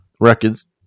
records